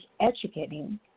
educating